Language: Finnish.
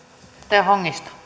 rouva puhemies